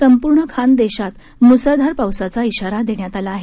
संपूर्ण खानदेशात मुसळधार पावसाचा बिारा देण्यात आला आहे